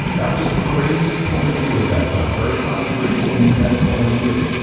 that was a crazy point of view at that time, very controversial, independent point of view.